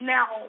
Now